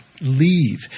leave